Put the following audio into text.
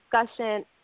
discussion